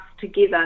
together